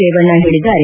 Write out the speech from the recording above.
ರೇವಣ್ಣ ಹೇಳಿದ್ದಾರೆ